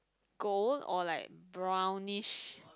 gold or like brownish